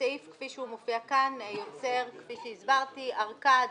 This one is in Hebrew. הסעיף כפי שהוא מופיע כאן יוצר ארכה עד